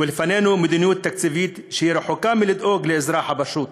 ולפנינו מדיניות תקציבית שהיא רחוקה מלדאוג לאזרח הפשוט.